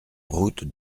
route